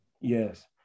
Yes